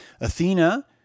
Athena